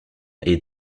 est